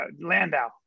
landau